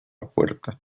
puerta